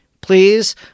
Please